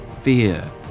Fear